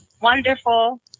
wonderful